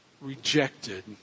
rejected